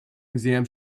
exam